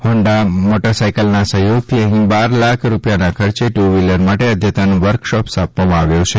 Honda મોટરસાઇકલના સહયોગથી અહીં બાર લાખ રૂપિયાના ખર્ચે ટ્ર વ્હીલર માટે અઘતન વર્કશોપ સ્થાપવામાં આવ્યો છે